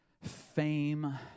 fame